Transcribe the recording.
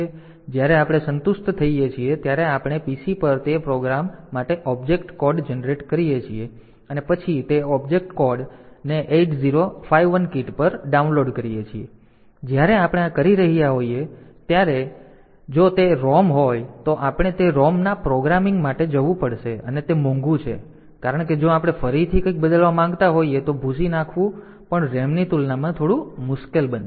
તેથી જ્યારે આપણે સંતુષ્ટ થઈએ છીએ ત્યારે આપણે PC પર તે પ્રોગ્રામ માટે ઑબ્જેક્ટ કોડ જનરેટ કરીએ છીએ અને પછી તે ઑબ્જેક્ટ કોડ 8051 કિટ પર ડાઉનલોડ થાય છે અને જ્યારે આપણે આ કરી રહ્યા છીએ ત્યારે જો તે ROM હોય તો આપણે તે ROM ના પ્રોગ્રામિંગ માટે જવું પડશે અને તે મોંઘું છે કારણ કે જો આપણે ફરીથી કંઈક બદલવા માંગતા હોઈએ તો ભૂંસી નાખવું પણ RAM ની તુલનામાં થોડું મુશ્કેલ બનશે